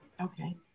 okay